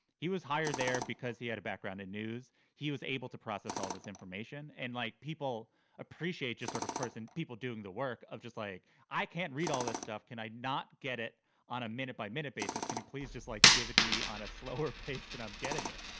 he was hired there because he had a background in news. he was able to process all this information. and like people appreciate the sort of person people doing the work of, just like i can't read all this stuff. can i not get it on a minute by minute basis? can you please just, like, give it to me on a slower pace than i'm getting it?